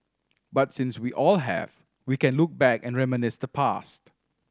but since we all have we can look back and reminisce the past